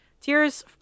Tears